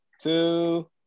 two